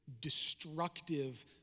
destructive